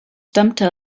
stammte